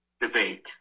debate